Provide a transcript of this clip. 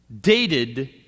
dated